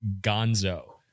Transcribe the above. Gonzo